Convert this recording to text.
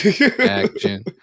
Action